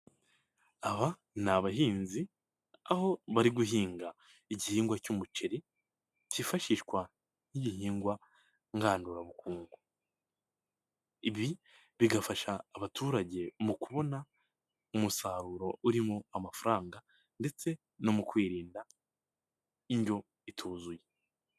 Aba ni abahinzi aho bari guhinga igihingwa cy'umuceri cyifashishwa nk'igihingwa ngandurabukungu, ibi bigafasha abaturage mu kubona umusaruro urimo amafaranga ndetse no mu kwirinda indyo ituzuye.